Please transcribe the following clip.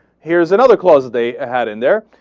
here's another clause that they ah had in there.